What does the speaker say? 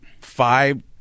five